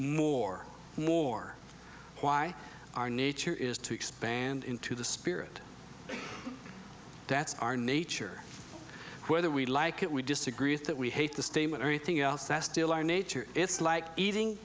more more why our nature is to expand into the spirit that's our nature whether we like it we disagree with that we hate the statement or anything else that's still our nature it's like eating